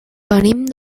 venim